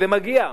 וזה מגיע,